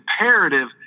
imperative